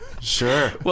Sure